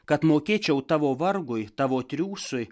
kad mokėčiau tavo vargui tavo triūsui